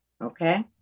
Okay